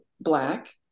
black